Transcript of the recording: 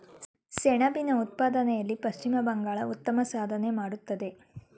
ಸೆಣಬಿನ ಉತ್ಪಾದನೆಯಲ್ಲಿ ಪಶ್ಚಿಮ ಬಂಗಾಳ ಉತ್ತಮ ಸಾಧನೆ ಮಾಡತ್ತದೆ